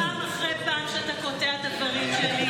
פעם אחרי פעם שאתה קוטע את הדברים שלי